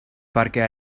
perquè